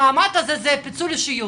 המעמד הזה הוא פיצול אישיות,